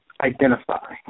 identify